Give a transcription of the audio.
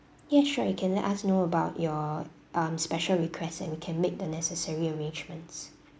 yes sure you can let us know about your um special request and we can make the necessary arrangements